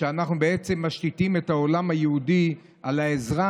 כשאנחנו בעצם משתיתים את העולם היהודי על העזרה